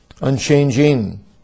unchanging